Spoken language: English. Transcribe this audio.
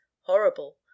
horrible